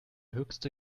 höchste